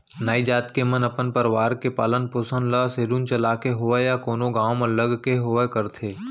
नाई जात के मन अपन परवार के पालन पोसन ल सेलून चलाके होवय या कोनो गाँव म लग के होवय करथे